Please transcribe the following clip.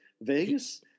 Vegas